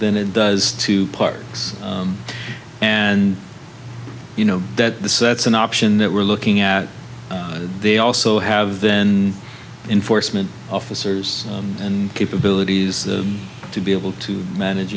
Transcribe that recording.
than it does to parks and you know that the sets an option that we're looking at they also have then enforcement officers and capabilities to be able to manage